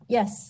Yes